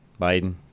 Biden